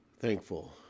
thankful